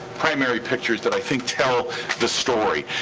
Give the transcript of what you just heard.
primary pictures that i think tell the story.